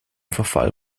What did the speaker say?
verfall